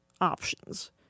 options